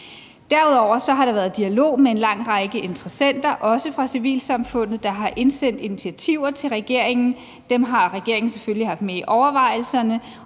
Derudover har der været dialog med en lang række interessenter, også fra civilsamfundet, der har indsendt initiativer til regeringen. Dem har regeringen selvfølgelig haft med i overvejelserne,